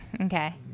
okay